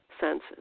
senses